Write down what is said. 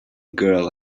girl